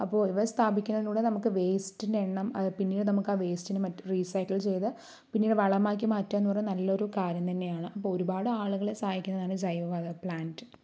അപ്പോൾ ഇവ സ്ഥാപിക്കുന്നതിലൂടെ നമുക്ക് വെയ്സ്റ്റിന്റെ എണ്ണം അത് പിന്നീട് നമുക്കത് വേസ്റ്റിനും മറ്റ് റീസൈക്കിൾ ചെയ്ത് പിന്നീട് വളമാക്കി മാറ്റുക എന്നു പറഞ്ഞാൽ നല്ലൊരു കാര്യം തന്നെയാണ് അപ്പോൾ ഒരുപാട് ആളുകളെ സഹായിക്കുന്നതാണ് ഈ ജൈവവാതക പ്ലാന്റ്